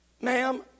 ma'am